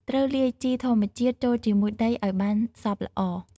ត្រូវលាយជីធម្មជាតិចូលជាមួយដីឱ្យបានសព្វល្អ។